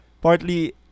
partly